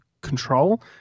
Control